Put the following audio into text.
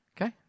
Okay